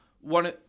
one